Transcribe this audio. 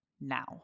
now